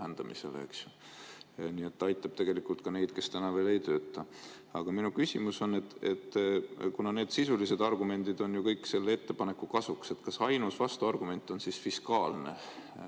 vähendamisele. Nii et ta aitab tegelikult ka neid, kes täna veel ei tööta. Aga minu küsimus on see: kuna sisulised argumendid on ju kõik selle ettepaneku kasuks, siis kas ainus vastuargument on fiskaalne